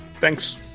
Thanks